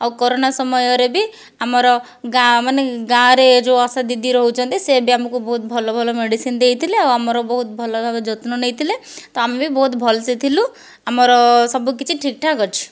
ଆଉ କରୋନା ସମୟରେ ବି ଆମର ଗାଁ ମାନେ ଗାଁରେ ଯେଉଁ ଆଶା ଦିଦି ରହୁଛନ୍ତି ସେ ବି ଆମକୁ ବହୁତ ଭଲ ଭଲ ମେଡ଼ିସିନ ଦେଇଥିଲେ ଆଉ ଆମର ବହୁତ ଭଲ ଭାବେ ଯତ୍ନ ନେଇଥିଲେ ତ ଆମେ ବି ବହୁତ ଭଲସେ ଥିଲୁ ଆମର ସବୁ କିଛି ଠିକ୍ ଠାକ୍ ଅଛି